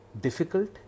difficult